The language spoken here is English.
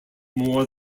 more